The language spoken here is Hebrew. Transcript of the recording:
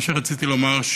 מה שרציתי לומר,